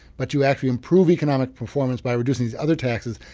but you actually improve economic performance by reducing these other taxes.